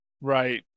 Right